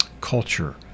culture